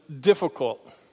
difficult